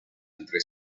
entre